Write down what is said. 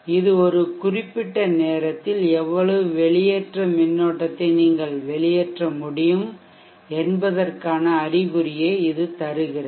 இது ஒரு குறிப்பிட்ட நேரத்தில் எவ்வளவு வெளியேற்ற மின்னோட்டத்தை நீங்கள் வெளியேற்ற முடியும் என்பதற்கான அறிகுறியை இது தருகிறது